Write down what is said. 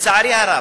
לצערי הרב.